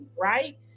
right